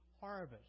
harvest